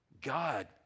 God